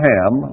Ham